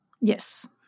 Yes